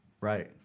Right